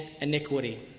iniquity